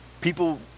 people